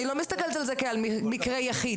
אני לא מסתכלת על זה כעל מקרה יחיד.